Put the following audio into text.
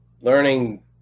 learning